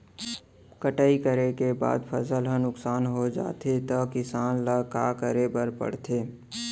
कटाई करे के बाद फसल ह नुकसान हो जाथे त किसान ल का करे बर पढ़थे?